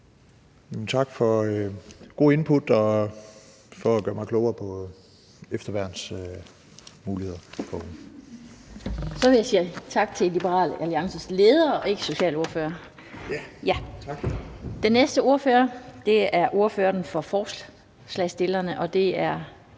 Tak for gode input og for at gøre mig klogere på efterværnsmulighederne. Kl. 18:47 Den fg. formand (Annette Lind): Så vil jeg sige tak til Liberal Alliances leder og ikke socialordfører. Den næste ordfører er ordføreren for forslagsstillerne, og det er